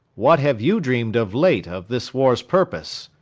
what have you dream'd of late of this war's purpose?